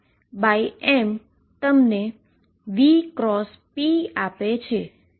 તેથી pm તમને v×ρ આપે છે